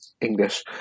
English